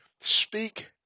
speak